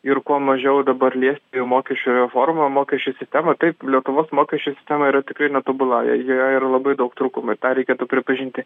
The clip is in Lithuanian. ir kuo mažiau dabar liesti mokesčių reformą mokesčių sistemą taip lietuvos mokesčių sistema yra tikrai netobula ir joje yra labai daug trūkumų ir tą reikėtų pripažinti